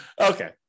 Okay